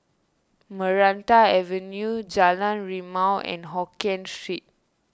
Maranta Avenue Jalan Rimau and Hokien Street